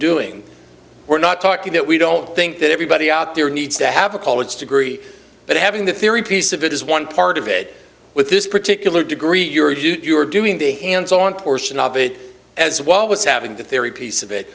doing we're not talking that we don't think that everybody out there needs to have a college degree but having the theory piece of it is one part of it with this particular degree you're you're doing the hands on portion of it as well was having the theory piece of it